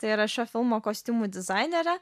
tai yra šio filmo kostiumų dizainerė